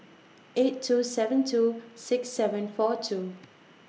eight two seven two six seven four two